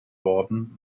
worden